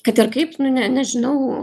kad ir kaip nu ne nežinau